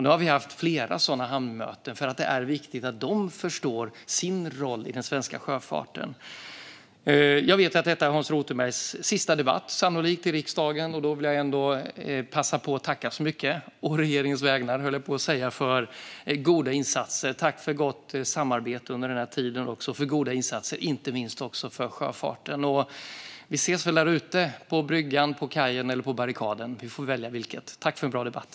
Nu har vi haft flera sådana hamnmöten, för det är viktigt att de förstår sin roll i den svenska sjöfarten. Detta är sannolikt Hans Rothenbergs sista debatt i riksdagen. Jag vill passa på att tacka så mycket - å regeringens vägnar, höll jag på att säga - för gott samarbete under den här tiden och för goda insatser, inte minst för sjöfarten! Vi ses väl där ute - på bryggan, på kajen eller på barrikaden. Vi får välja vilket. Tack för en bra debatt!